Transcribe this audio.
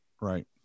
right